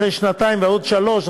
אחרי שנתיים ועוד שלוש,